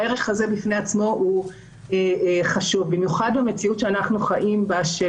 הערך הזה חשוב במיוחד במציאות שאנו חיים בה של